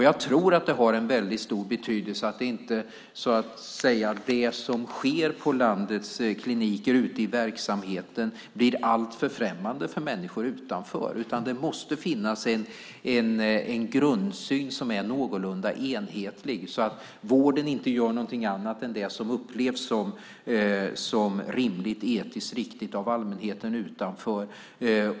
Jag tror att det har stor betydelse att det som sker på landets kliniker ute i verksamheten inte blir alltför främmande för människor utanför. Det måste finnas en grundsyn som är någorlunda enhetlig så att vården inte gör någonting annat än det som upplevs som rimligt och etiskt riktigt av allmänheten utanför.